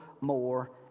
more